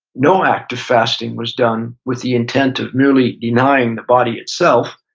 no act of fasting was done with the intent of merely denying the body itself,